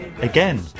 again